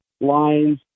lines